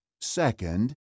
Second